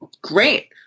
great